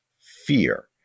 fear